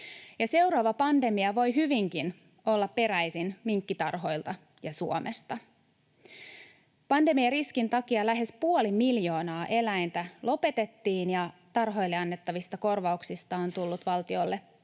Seuraava pandemia voi hyvinkin olla peräisin minkkitarhoilta ja Suomesta. Pandemiariskin takia lähes puoli miljoonaa eläintä lopetettiin, ja tarhoille annettavista korvauksista on tullut valtiolle yli